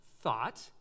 thought